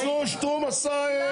אבל עשו, שטרום עשה זה.